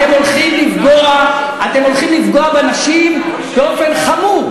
אתם הולכים לפגוע בנשים באופן חמור.